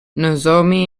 nozomi